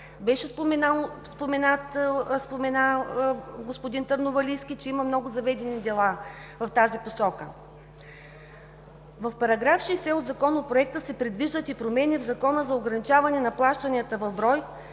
пореден път. Господин Търновалийски спомена, че има много заведени дела в тази посока. В § 60 от Законопроекта се предвиждат и промени в Закона за ограничаване на плащанията в брой,